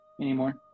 anymore